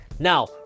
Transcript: Now